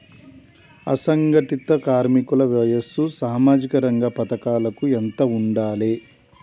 అసంఘటిత కార్మికుల వయసు సామాజిక రంగ పథకాలకు ఎంత ఉండాలే?